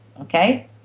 Okay